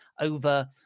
over